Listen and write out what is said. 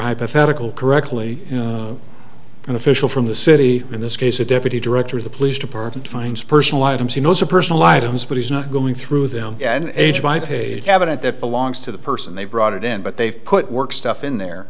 hypothetical correctly and official from the city in this case a deputy director of the police department finds personal items you know so personal items but he's not going through them and age by page evident that belongs to the person they brought it in but they've put work stuff in there